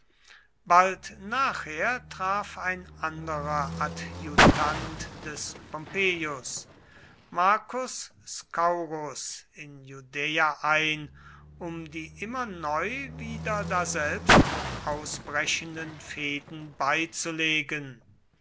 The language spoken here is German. bald nachher traf ein anderer adjutant des pompeius marcus scaurus in judäa ein um die immer neu wieder daselbst ausbrechenden fehden beizulegen